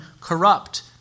corrupt